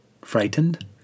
frightened